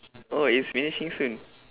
oh it's finishing soon